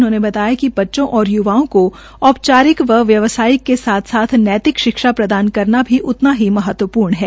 उन्होंने कहा कि बच्चों और य्वाओं को औपचारिक व व्यावसायिक के साथ साथ नैतिक शिक्षा प्रदान करना भी उतना ही महत्वपूर्ण है